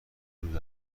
روز